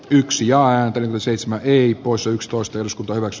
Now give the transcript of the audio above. yksi ja seitsemän viisi poissa yksitoista josh larox